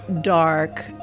dark